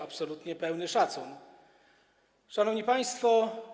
Absolutnie pełny szacun. Szanowni Państwo!